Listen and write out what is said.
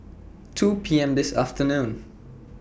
two P M This afternoon